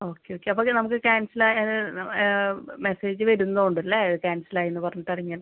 okay okay അപ്പം okay നമുക്ക് cancel ആയ മെസ്സേജ് വരുമെന്ന് തോന്നുന്നല്ലേ ക്യാൻസൽ ആയി എന്ന് പറഞ്ഞിട്ട് ഇറങ്ങിയ